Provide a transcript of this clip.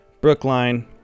Brookline